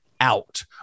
out